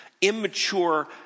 immature